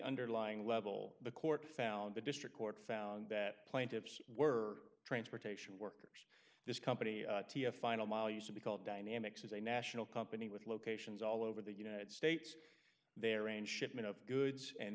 underlying level the court found the district court found that plaintiffs were transportation workers this company final mile used to be called dynamics is a national company with locations all over the united states they arrange shipment of goods and